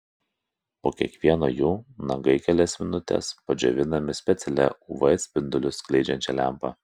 po kiekvieno jų nagai kelias minutes padžiovinami specialia uv spindulius skleidžiančia lempa